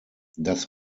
das